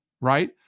Right